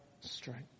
strength